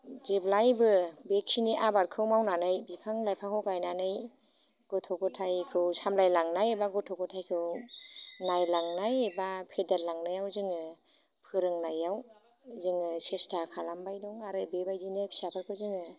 जेब्लायबो बेखिनि आबादखौ मावनानै बिफां लाइफांखौ गायनानै गथ' गथायखौ सामलायलांनाय एबा गथ' गथायखौ नायलांनाय एबा फेदेरलांनायाव जोङो फोरोंनायाव जोङो सेस्था खालामबाय दं आरो बेबायदिनो फिसाफोरखौ जोङो